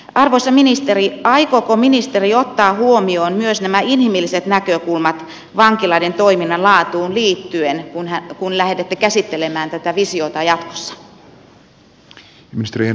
arvoisa ministeri aikooko ministeri ottaa huomioon myös nämä inhimilliset näkökulmat vankiloiden toiminnan laatuun liittyen kun lähdette käsittelemään tätä visiota jatkossa